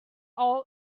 all